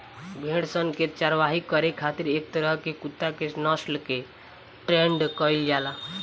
भेड़ सन के चारवाही करे खातिर एक तरह के कुत्ता के नस्ल के ट्रेन्ड कईल जाला